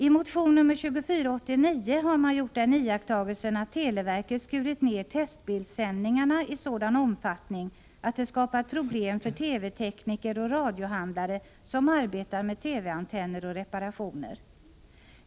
I motion nr 2489 har man gjort den iakttagelsen, att televerket skurit ner testbildsändningarna i sådan omfattning, att det skapat problem för TV tekniker och radiohandlare som arbetar med TV-antenner och reparationer.